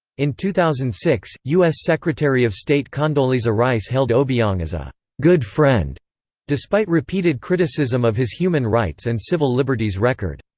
in two thousand and six, us secretary of state condoleezza rice hailed obiang as a good friend despite repeated criticism of his human rights and civil liberties record.